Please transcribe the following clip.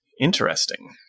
Interesting